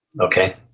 Okay